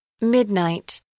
Midnight